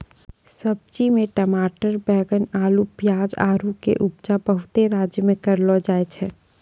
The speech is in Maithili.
सब्जी मे टमाटर बैगन अल्लू पियाज आरु के उपजा बहुते राज्य मे करलो जाय छै